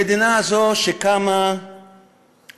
המדינה הזו, שקמה על